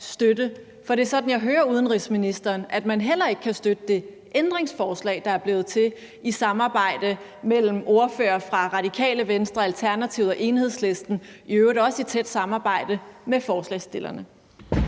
støtte? For det er sådan, jeg hører udenrigsministeren, altså at man heller ikke kan støtte det ændringsforslag, der er blevet til i et samarbejde mellem ordførere fra Radikale Venstre, Alternativet og Enhedslisten og i øvrigt også i tæt samarbejde med forslagsstillerne.